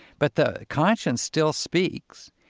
but the conscience still speaks,